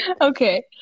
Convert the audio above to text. okay